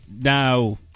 Now